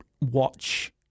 watch